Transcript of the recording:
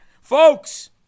Folks